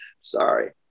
sorry